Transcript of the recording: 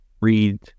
read